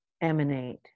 emanate